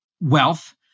wealth